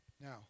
Now